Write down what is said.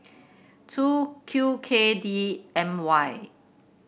two Q K D M Y